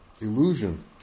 Illusion